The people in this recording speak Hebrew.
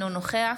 אינו נוכח